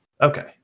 Okay